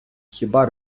хіба